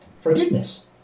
Forgiveness